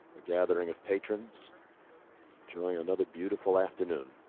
the gathering of patrons enjoying another beautiful afternoon.